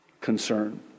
concern